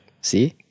See